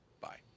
Bye